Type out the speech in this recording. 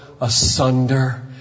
asunder